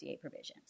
provisions